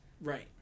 right